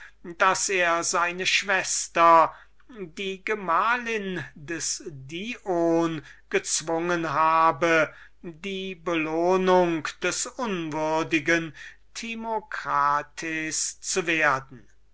daß er seine schwester die gemahlin des dion gezwungen habe die belohnung des unwürdigen timocrat zu werden